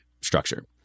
structure